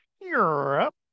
Europe